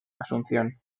asunción